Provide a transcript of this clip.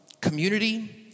community